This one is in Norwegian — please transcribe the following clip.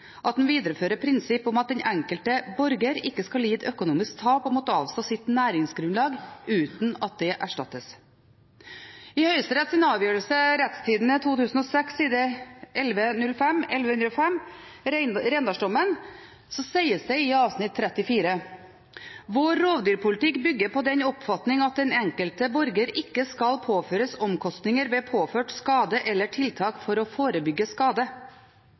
at den enkelte borger ikke skal lide økonomisk tap og måtte avstå sitt næringsgrunnlag uten at det erstattes. I Høyesteretts avgjørelse, referert i Norsk Retstidende 2006, side 1105, Rendals-dommen, sies det i avsnitt 34: «Vår rovdyrpolitikk bygger på den oppfatning at den enkelte borger ikke skal påføres omkostninger ved påført skade eller tiltak for å forebygge skade.»